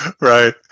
Right